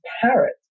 parrot